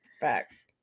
Facts